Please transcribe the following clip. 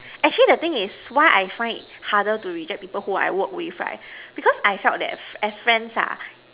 actually the thing is why I find it harder to reject people who I work with right because I felt that as friends ah